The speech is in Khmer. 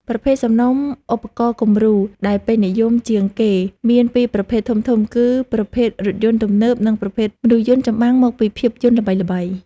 ប្រភេទសំណុំឧបករណ៍គំរូដែលពេញនិយមជាងគេមានពីរប្រភេទធំៗគឺប្រភេទរថយន្តទំនើប និងប្រភេទមនុស្សយន្តចម្បាំងមកពីភាពយន្តល្បីៗ។